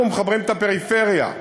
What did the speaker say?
אנחנו מחברים את הפריפריה,